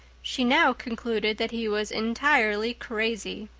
she now concluded that he was entirely crazy.